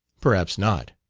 perhaps not.